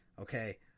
Okay